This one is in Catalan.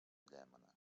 llémena